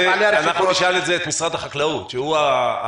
אנחנו נשאל על זה את משרד החקלאות שהוא הרגולטור.